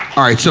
alright, so